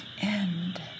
end